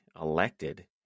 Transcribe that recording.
elected